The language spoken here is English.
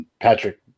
Patrick